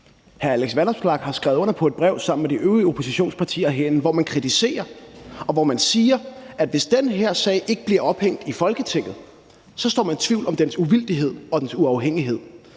Hr. Alex Vanopslagh har skrevet under på et brev sammen med de øvrige oppositionspartier herinde, hvor man siger, at hvis den her sag ikke bliver ophængt i Folketinget, sår man tvivl om dens uvildighed og dens uafhængighed.